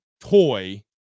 toy